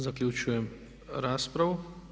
Zaključujem raspravu.